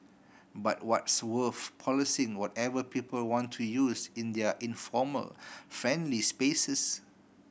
but what's wolf policing whatever people want to use in their informal friendly spaces